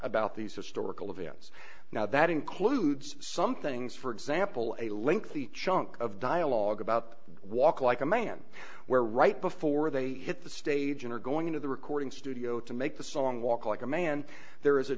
about these historical events now that includes some things for example a link the chunk of dialogue about walk like a man where right before they hit the stage and are going into the recording studio to make the song walk like a man there is a